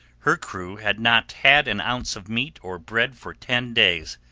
her crew had not had an ounce of meat or bread for ten days.